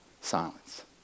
silence